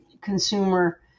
consumer